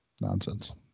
nonsense